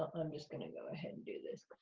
i'm just gonna go ahead and do this,